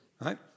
right